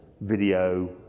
video